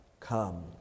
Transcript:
Come